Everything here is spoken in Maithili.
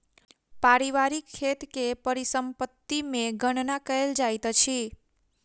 पारिवारिक खेत के परिसम्पत्ति मे गणना कयल जाइत अछि